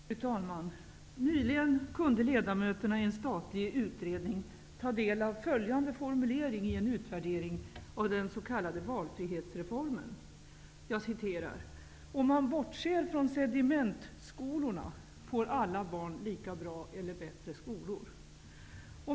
Fru talman! Nyligen kunde ledamöterna i en statlig utredning ta del av följande formulering i en utvärdering av den s.k. valfrihetsreformen: ''Om man bortser från sedimentskolorna får alla barn lika bra eller bättre skolor.''